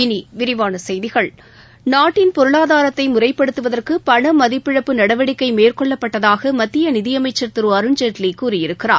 இனி விரிவான செய்திகள் பொருளாதாரத்தை முறைப்படுத்துவதற்கு பணமதிப்பிழப்பு நாட்டன் நடவடிக்கை மேற்கொள்ளப்பட்டதாக மத்திய நிதி அமைச்ச் திரு அருண்ஜேட்லி கூறியிருக்கிறார்